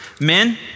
Men